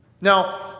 Now